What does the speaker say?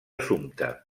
assumpte